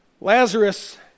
Lazarus